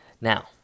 Now